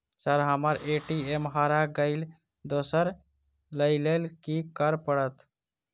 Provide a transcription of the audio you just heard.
Sir हम्मर ATM हरा गइलए दोसर लईलैल की करऽ परतै?